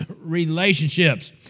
relationships